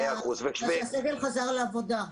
שהסגל חזר לעבודה.